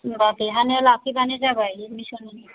होम्बा बेहायनो लाफैबानो जाबाय एडमिसन